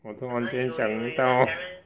我突然间想到